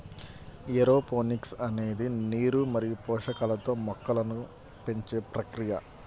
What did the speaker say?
aeroponics అనేది నీరు మరియు పోషకాలతో మొక్కలను పెంచే ప్రక్రియ